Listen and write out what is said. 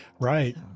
Right